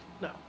No